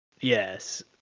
yes